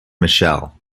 michelle